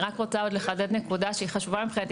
אני רוצה לחדד נקודה שהיא חשובה מבחינתי